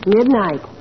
Midnight